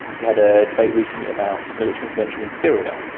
we had a debate recently about military intervention in syria,